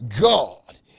God